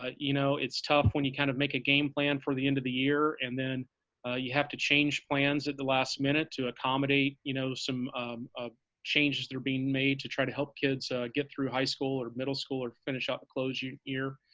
ah you know it's tough when you kind of make a game plan for the end of the year, and then you have to change plans at the last minute to accommodate you know some ah changes that are being made to try to help kids get through high school or middle school or finish up or close a year.